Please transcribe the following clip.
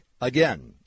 Again